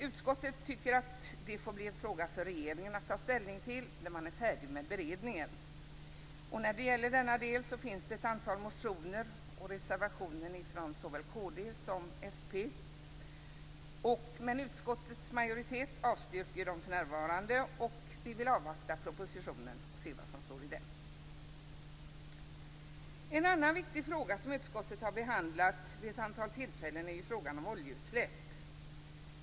Utskottet tycker att det får bli en fråga för regeringen att ta ställning till då beredningen är färdig. I denna del finns ett antal motioner och reservationer från såväl kd som fp. Men utskottets majoritet avstyrker dem, och vi vill avvakta propositionen. En annan viktig fråga som utskottet har behandlat vid ett antal tillfällen är frågan om oljeutsläpp.